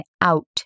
out